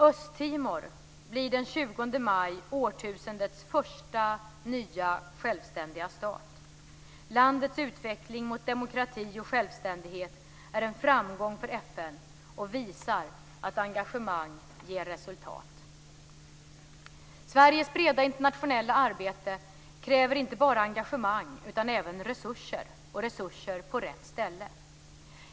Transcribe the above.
Östtimor blir den 20 maj årtusendets första nya självständiga stat. Landets utveckling mot demokrati och självständighet är en framgång för FN och visar att engagemang ger resultat. Sveriges breda internationella arbete kräver inte bara engagemang utan även resurser, och resurser på rätt ställe.